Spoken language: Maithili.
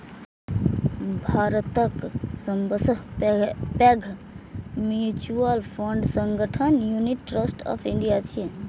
भारतक सबसं पैघ म्यूचुअल फंड संगठन यूनिट ट्रस्ट ऑफ इंडिया छियै